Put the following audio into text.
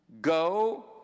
Go